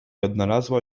odnalazła